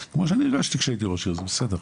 כמו שאני הרגשתי כשהייתי ראש עיר זה בסדר,